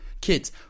Kids